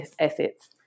assets